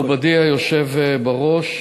מכובדי היושב בראש,